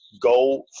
go